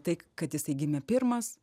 tai kad jisai gimė pirmas